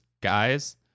guys